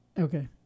Okay